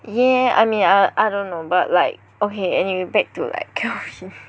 yeah I mean I don't know but like okay anyway back to like Kelvin